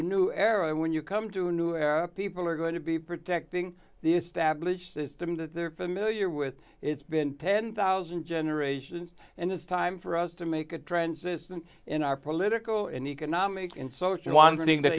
a new era when you come to new era people are going to be protecting the established system that they're familiar with it's been ten thousand generations and it's time for us to make a transition in our political and economic and social wandering that